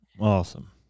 Awesome